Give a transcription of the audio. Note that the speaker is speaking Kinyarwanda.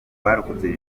barokotse